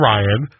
Ryan